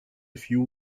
few